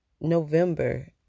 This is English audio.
November